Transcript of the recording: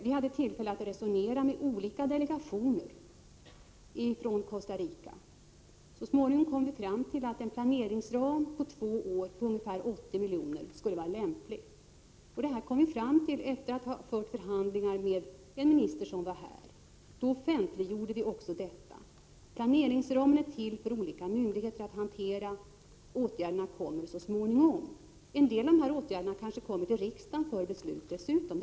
Vi hade tillfälle att resonera med olika delegationer från Costa Rica. Så småningom fann vi att en planeringsram för två år på 80 milj.kr. skulle vara lämplig. Det kom vi fram till efter att ha fört förhandlingar med en minister som var här. Då offentliggjorde vi också detta. Planeringsramen är till för olika myndigheters hantering. Åtgärderna kommer så småningom. En del av dessa åtgärder kommer kanske dessutom att bli föremål för beslut i riksdagen.